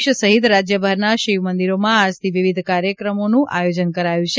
દેશ સહિત રાજયભરના શિવ મંદિરોમાં આજથી વિવિધ ધાર્મિક કાર્યક્રમોનું આયોજન કરાયું છે